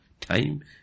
time